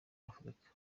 afurika